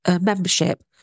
membership